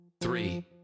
three